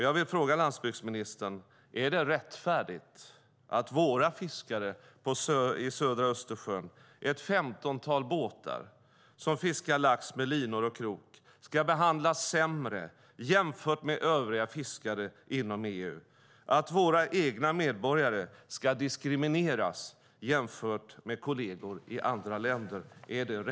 Jag vill fråga landsbygdsministern: Är det rättfärdigt att våra fiskare i södra Östersjön, ett femtontal båtar som fiskar lax med linor och krok, ska behandlas sämre än övriga fiskare inom EU? Är det rättfärdigt att våra egna medborgare ska diskrimineras jämfört med kolleger i andra länder?